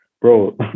Bro